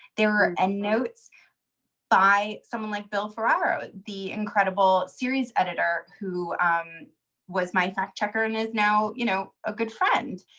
there are endnotes by someone like bill ferraro the incredible series editor who was my fact checker and is now you know a good friend.